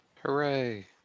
Hooray